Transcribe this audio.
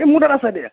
এই মোৰ তাত আছে দে